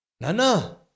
Nana